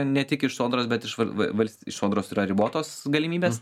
ne tik iš sodros bet iš v v vals iš sodros yra ribotos galimybės